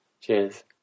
Cheers